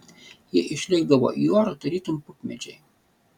jie išlėkdavo į orą tarytum pupmedžiai